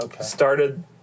started